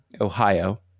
Ohio